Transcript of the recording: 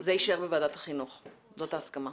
זה יישאר בוועדת החינוך, זאת ההסכמה.